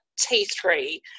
T3